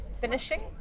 finishing